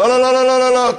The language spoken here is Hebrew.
לא, לא, לא, לא.